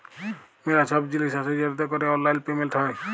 ম্যালা ছব জিলিস আসে যেটতে ক্যরে অললাইল পেমেলট হ্যয়